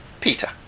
Peter